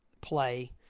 play